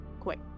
quick